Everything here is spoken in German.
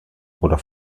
oder